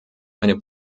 eine